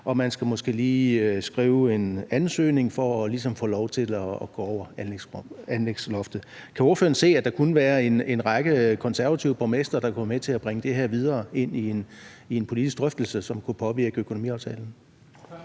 man skal måske lige skrive en ansøgning for ligesom at få lov til at gå over anlægsloftet. Kan ordføreren se, at der kunne være en række konservative borgmestre, der kunne være med til at bringe det her videre ind i en politisk drøftelse, som kunne påvirke økonomiaftalen?